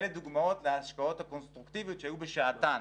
אלה דוגמאות להשקעות הקונסטרוקטיביות שהיו בשעתן.